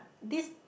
this